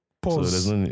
Pause